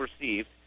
received